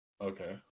okay